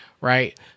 right